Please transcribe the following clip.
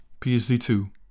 PSD2